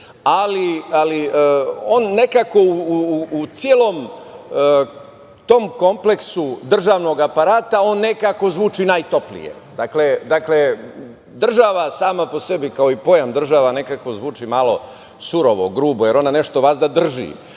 ali on nekako u celom tom kompleksu državnog aparata zvuči najtoplije. Dakle, država sama po sebi, kao i pojam država nekako zvuči malo surovo, grubo, jer ona nešto vazda drži.